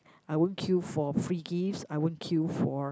I won't queue for free gifts I won't queue for